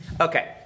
Okay